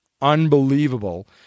unbelievable